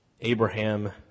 Abraham